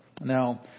Now